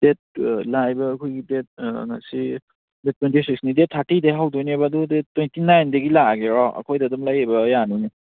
date ꯂꯥꯛꯏꯕ ꯑꯩꯈꯣꯏꯒꯤ date ꯉꯁꯤ ꯗꯦꯠ ꯇ꯭ꯋꯦꯟꯇꯤ ꯁꯤꯛꯁꯅꯤ ꯗꯦꯠ ꯊꯥꯔꯇꯤꯗꯩ ꯍꯧꯗꯣꯏꯅꯦꯕ ꯑꯗꯨ ꯗꯦꯠ ꯇ꯭ꯋꯦꯟꯇꯤ ꯅꯥꯏꯟꯗꯒꯤ ꯂꯥꯛꯑꯒꯦꯔꯣ ꯑꯩꯈꯣꯏꯗ ꯑꯗꯨꯝ ꯂꯩꯕ ꯌꯥꯅꯤꯅꯦ